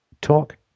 talk